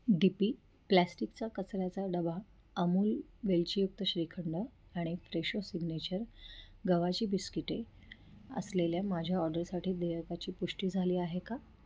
D P प्लॅस्टिकचा कचऱ्याचा डबा अमूल वेलचीयुक्त श्रीखंड आणि फ्रेशो सिग्नेचर गव्हाची बिस्किटे असलेल्या माझ्या ऑर्डरसाठी देयकाची पुष्टी झाली आहे का